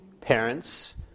parents